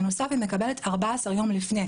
בנוסף היא מקבלת 14 יום לפני,